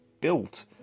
built